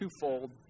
twofold